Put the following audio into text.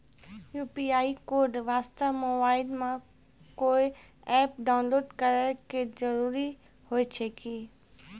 UPI code वास्ते mobile मे कोय एप्प डाउनलोड करे के जरूरी होय छै की?